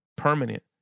permanent